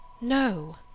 No